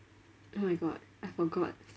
oh my god I forgot